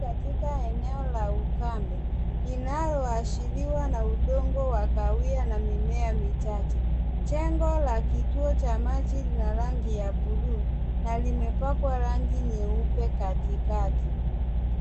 Katika eneo la ukame linaloashiriwa na udongo wa kahawia na mimea michache. Jengo la kituo cha maji lina rangi ya bluu na limepakwa rangi nyeupe katikati.